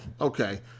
okay